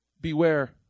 Beware